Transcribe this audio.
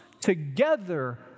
together